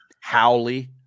Howley